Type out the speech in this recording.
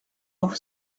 off